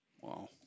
Wow